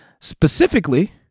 specifically